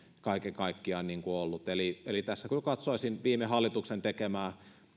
kaiken kaikkiaan ollut eli eli tässä kyllä katsoisin viime hallituksen tekemää